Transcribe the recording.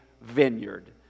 vineyard